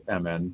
MN